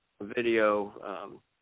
video